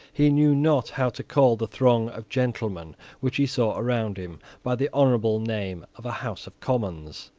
he knew not how to call the throng of gentlemen which he saw around him by the honourable name of a house of commons.